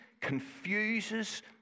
confuses